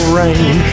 rain